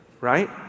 right